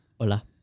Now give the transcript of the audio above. Hola